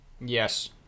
Yes